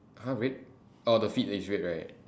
!huh! red oh the feet is red right